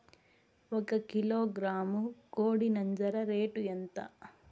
ఒక కిలోగ్రాము కోడి నంజర రేటు ఎంత?